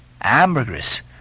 ambergris